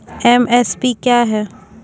MSP क्या है?